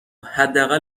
حداقل